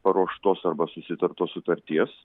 paruoštos arba susitartos sutarties